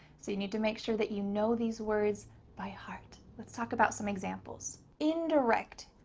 so you need to make sure that you know these words by heart. let's talk about some examples. indirect,